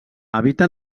habita